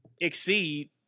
exceed